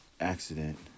accident